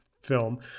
film